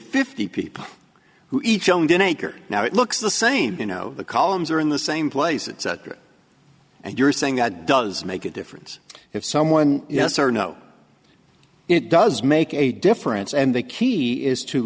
fifty people who each own d n a now it looks the same you know the columns are in the same places and you're saying that it does make a difference if someone yes or no it does make a difference and the key is to